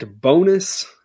bonus